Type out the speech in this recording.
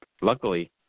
luckily